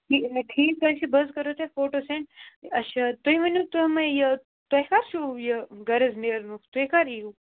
ٹھیٖک حظ چھُ بہٕ حظ کَرو تۄہہِ فوٹو سٮ۪نٛڈ اَچھا تُہۍ ؤنِو تُہۍ مےٚ یہِ تۄہہِ کَر چھُو یہِ غرض نیرنُک تُہۍ کَر یِیِو